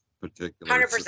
particular